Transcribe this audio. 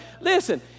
listen